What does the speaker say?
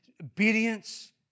obedience